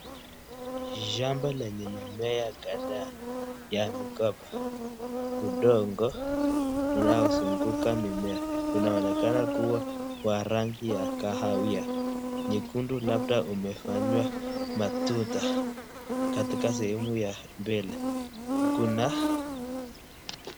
Shamba lenye mimea kadhaa ya mikoba. Udongo unao zunguka mimea, unaonekana kuwa ya rangi wa kahawia, nyekundu labda umefanywa matuta katika sehemu ya mbele kuna..